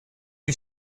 you